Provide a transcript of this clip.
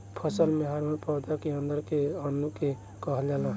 फसल में हॉर्मोन पौधा के अंदर के अणु के कहल जाला